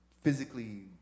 physically